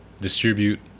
Distribute